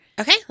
Okay